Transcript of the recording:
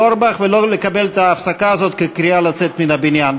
אורבך ולא לקבל את ההפסקה הזאת כקריאה לצאת מן הבניין.